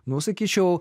nuo sakyčiau